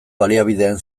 baliabideen